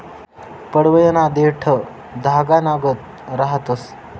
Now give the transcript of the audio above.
पडवयना देठं धागानागत रहातंस